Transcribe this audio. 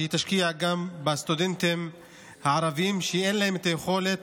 שהיא תשקיע גם בסטודנטים הערבים שאין להם את היכולת